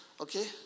Okay